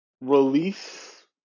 release